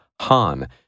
Han